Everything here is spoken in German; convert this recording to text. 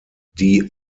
die